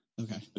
okay